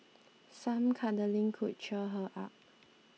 some cuddling could cheer her up